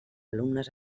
alumnes